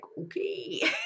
Okay